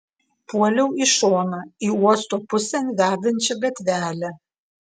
puoliau į šoną į uosto pusėn vedančią gatvelę